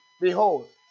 behold